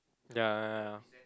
ya ya ya